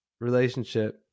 relationship